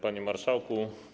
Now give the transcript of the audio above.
Panie Marszałku!